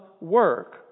work